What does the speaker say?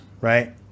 right